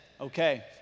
Okay